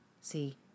see